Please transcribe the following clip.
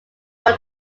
role